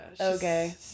okay